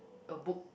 a book